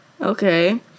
Okay